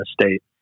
state